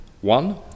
One